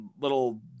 little